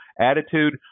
attitude